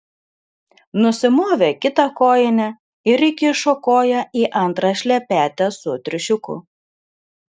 nusimovė kitą kojinę ir įkišo koją į antrą šlepetę su triušiuku